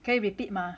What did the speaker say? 可以 repeat mah